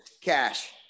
cash